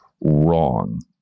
wrong